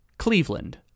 Cleveland